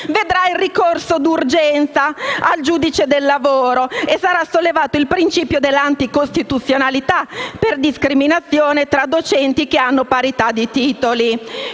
vedrà il ricorso d'urgenza al giudice del lavoro; e sarà sollevato il principio dell'anticostituzionalità per discriminazione tra docenti che hanno parità di titoli.